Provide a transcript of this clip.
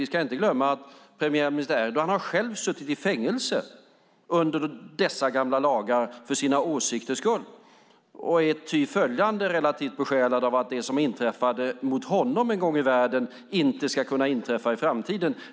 Vi ska inte glömma att premiärminister Erdogan själv har suttit i fängelse för sina åsikters skull under dessa gamla lagar, och han är tyföljande relativt besjälad av att det som hände honom en gång i världen inte ska kunna inträffa i framtiden.